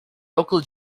local